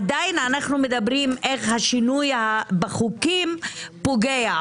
עדיין אנחנו מדברים איך השינוי בחוקים פוגע.